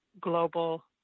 global